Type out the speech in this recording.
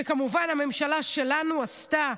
שכמובן הממשלה שלנו עשתה,